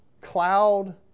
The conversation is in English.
cloud